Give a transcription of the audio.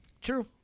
true